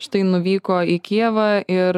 štai nuvyko į kijevą ir